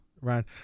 right